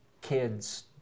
kids